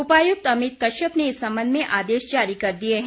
उपायुक्त अमित कश्यप ने इस संबंध में आदेश जारी कर दिए हैं